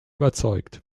überzeugt